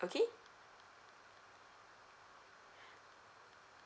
okay